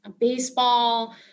baseball